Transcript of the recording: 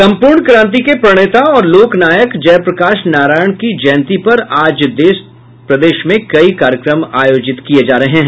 संपूर्ण क्रान्ति के प्रणेता और लोक नायक जय प्रकाश नारायण की जयंती पर आज देश प्रदेश में कई कार्यक्रम आयोजित किये जा रहे हैं